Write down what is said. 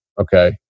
Okay